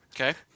Okay